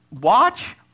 watch